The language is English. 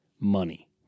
money